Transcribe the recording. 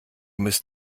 müsst